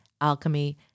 alchemy